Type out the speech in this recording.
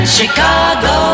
Chicago